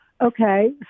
Okay